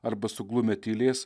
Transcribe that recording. arba suglumę tylės